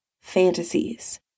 fantasies